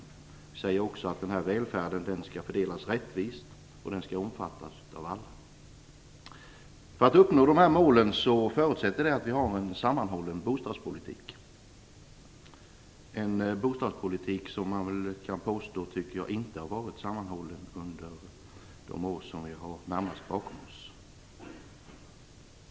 Vi säger också att denna välfärd skall fördelas rättvist och att den skall omfattas av alla. För att uppnå dessa mål förutsätts att vi har en sammanhållen bostadspolitik. Man kan nog påstå att bostadspolitiken inte har varit sammanhållen under de år som vi har närmast bakom oss.